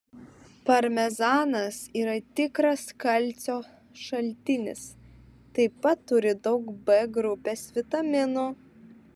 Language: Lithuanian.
parmezanas yra tikras kalcio šaltinis taip pat turi daug b grupės vitaminų